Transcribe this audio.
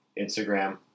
Instagram